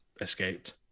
escaped